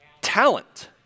Talent